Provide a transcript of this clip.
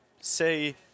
say